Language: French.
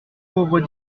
pauvre